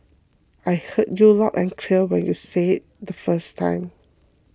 I heard you loud and clear when you said it the first time